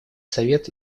совет